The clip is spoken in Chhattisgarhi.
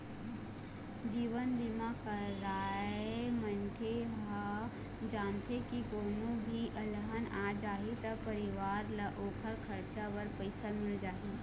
जीवन बीमा करवाए मनखे ह जानथे के कोनो भी अलहन आ जाही त परिवार ल ओखर खरचा बर पइसा मिल जाही